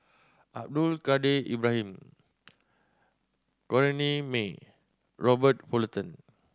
Abdul Kadir Ibrahim Corrinne May Robert Fullerton